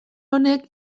honek